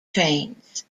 trains